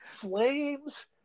Flames